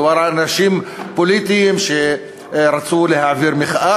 מדובר על אנשים פוליטיים שרצו להעביר מחאה,